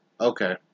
Okay